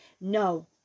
No